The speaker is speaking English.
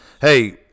Hey